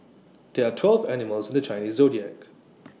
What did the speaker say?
there are twelve animals in the Chinese Zodiac